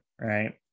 right